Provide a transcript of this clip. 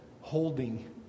holding